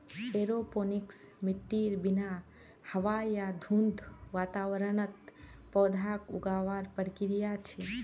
aeroponics मिट्टीर बिना हवा या धुंध वातावरणत पौधाक उगावार प्रक्रिया छे